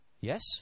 Yes